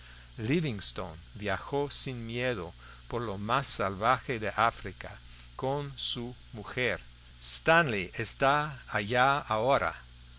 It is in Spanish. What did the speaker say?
livingstone viajó sin miedo por lo más salvaje de áfrica con su mujer stanley está allá ahora